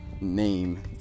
name